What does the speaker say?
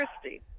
Christie